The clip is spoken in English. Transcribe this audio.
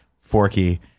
Forky